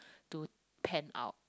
to pan out